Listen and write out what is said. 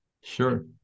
Sure